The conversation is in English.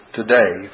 today